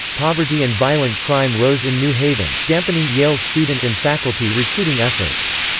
poverty and violent crime rose in new haven, dampening yale's student and faculty recruiting efforts.